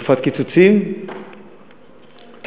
ילדים, יש גם אזרחות.